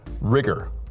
rigor